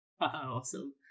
Awesome